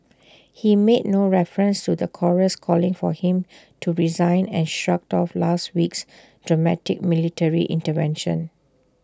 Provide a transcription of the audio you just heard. he made no reference to the chorus calling for him to resign and shrugged off last week's dramatic military intervention